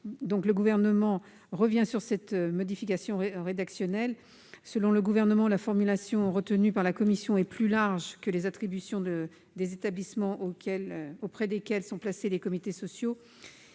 en commission, sur l'initiative de M. Marie. Selon le Gouvernement, la formulation retenue par la commission est plus large que les attributions des établissements auprès desquels sont placés les comités sociaux.